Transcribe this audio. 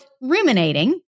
ruminating